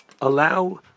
allow